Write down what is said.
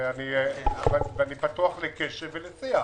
אני פתוח לקשב ולשיח.